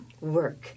work